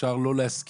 אפשר לא להסכים,